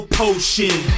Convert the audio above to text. potion